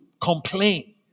Complain